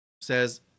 says